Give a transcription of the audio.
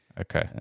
okay